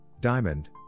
Diamond